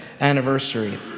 anniversary